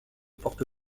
porte